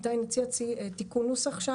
איתי הציע תיקון נוסח,